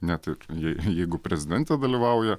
net ir jei jeigu prezidentė dalyvauja